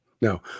No